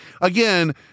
again